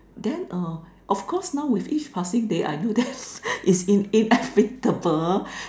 then uh of course now with each passing day I know that it's inevitable